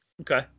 Okay